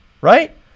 right